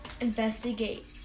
investigate